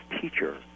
teacher